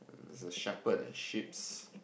there's a shepherd and sheep's